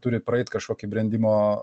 turi praeit kažkokį brendimo